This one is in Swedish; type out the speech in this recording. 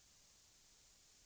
till våra reservationer.